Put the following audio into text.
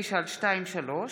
מטעם הממשלה: